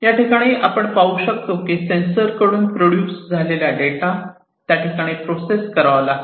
या ठिकाणी आपण पाहू शकतो की सेंसर कडून प्रोड्युस झालेला डेटा त्या ठिकाणी प्रोसेस करावा लागतो